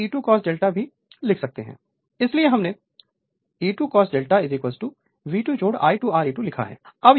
Refer Slide Time 2821 इसीलिए हमने E2 cos ∂ V2 I2 Re2 लिखा है